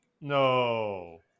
No